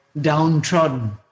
downtrodden